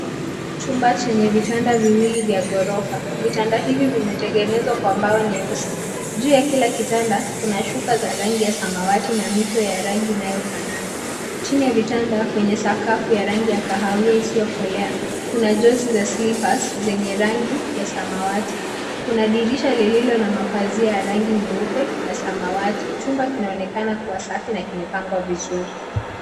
Chumba chenye vitanda viwili vya ghorofa. Vitanda hivi vimetengenezwa kwa mbao nyeusi. Juu ya kila kitanda kuna shuka za rangi ya samawati na mito ya rangi inayofanana. Chini ya vitanda kwenye sakafu ya rangi ya kahawia isiyokolea, kuna jozi za slippers zenye rangi ya samawati. Kuna dirisha lililo na mapazia ya rangi nyeupe na samawati. Chumba kinaonekana kuwa safi na kimepangwa vizuri.